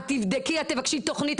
את תבדקי ותבקשי תכנית,